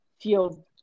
feel